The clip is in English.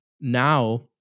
Now